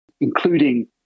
including